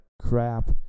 crap